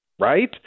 right